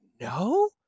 no